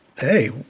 Hey